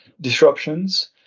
disruptions